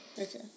Okay